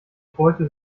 beute